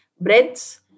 breads